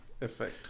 effect